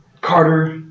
Carter